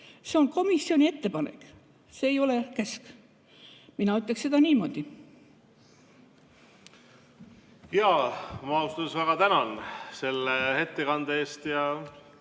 See on komisjoni ettepanek, see ei ole käsk. Mina ütleks seda niimoodi. Ma ausalt öeldes väga tänan selle ettekande eest ja